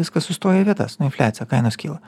viskas sustoja į vietas nu infliacija kainos kyla